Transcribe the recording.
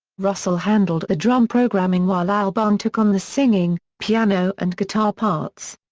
russell handled the drum programming while albarn took on the singing, piano and guitar parts.